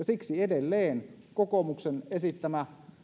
siksi edelleen kokoomuksen esittämä